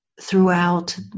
throughout